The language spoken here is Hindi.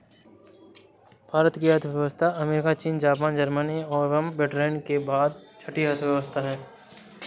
भारत की अर्थव्यवस्था अमेरिका, चीन, जापान, जर्मनी एवं ब्रिटेन के बाद छठी अर्थव्यवस्था है